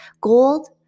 Gold